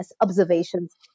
observations